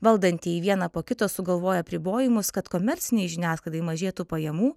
valdantieji vieną po kito sugalvojo apribojimus kad komercinei žiniasklaidai mažėtų pajamų